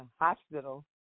hospital